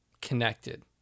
connected